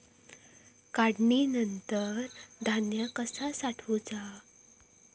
काढणीनंतर धान्य कसा साठवुचा?